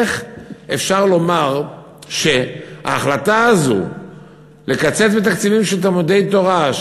איך אפשר לומר שההחלטה הזאת לקצץ בתקציבים של תלמודי-תורה,